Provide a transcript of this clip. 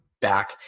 back